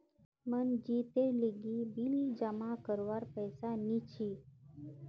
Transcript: मनजीतेर लीगी बिल जमा करवार पैसा नि छी